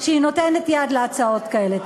שנותנת יד להצעות כאלה.